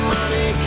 Money